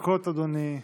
אדוני.